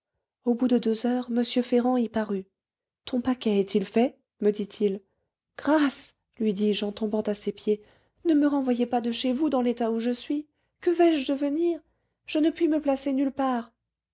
au bout de deux heures m ferrand y parut ton paquet est-il fait me dit-il grâce lui dis-je en tombant à ses pieds ne me renvoyez pas de chez vous dans l'état où je suis que vais-je devenir je ne puis me placer nulle part